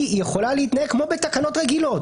היא יכולה להתנהג כמו בתקנות רגילות,